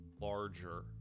larger